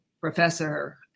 professor